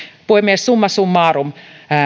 puhemies summa summarum